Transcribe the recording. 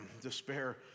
despair